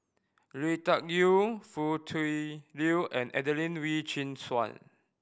Lui Tuck Yew Foo Tui Liew and Adelene Wee Chin Suan